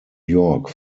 york